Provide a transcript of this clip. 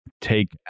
take